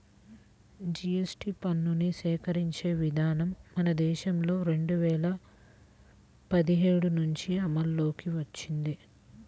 GST పన్నుని సేకరించే విధానం మన దేశంలో రెండు వేల పదిహేడు నుంచి అమల్లోకి వచ్చింది